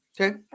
okay